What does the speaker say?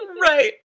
Right